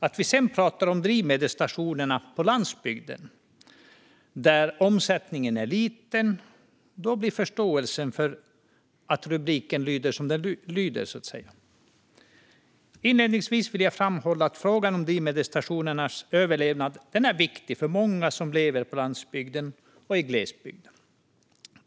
När vi sedan pratar om drivmedelsstationerna på landsbygderna, där omsättningen är liten, förstår man varför namnet på betänkandet lyder som det lyder. Inledningsvis vill jag framhålla att frågan om drivmedelsstationernas överlevnad är viktig för många som lever på landsbygden och i glesbygden.